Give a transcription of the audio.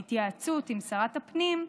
בהתייעצות עם שרת הפנים,